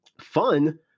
fun